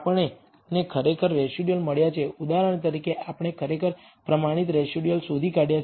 આપણને ખરેખર રેસિડયુઅલ મળ્યાં છે ઉદાહરણ તરીકે આપણે ખરેખર પ્રમાણિત રેસિડયુઅલ શોધી કાઢ્યા છે